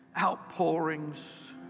outpourings